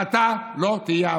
ואתה לא תהיה הבוס.